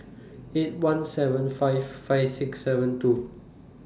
eight one seven five five six seven two